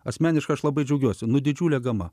asmeniškai aš labai džiaugiuosi nu didžiulė gama